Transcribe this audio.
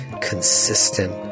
consistent